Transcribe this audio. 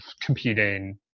competing